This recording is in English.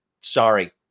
sorry